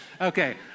Okay